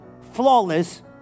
flawless